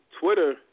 Twitter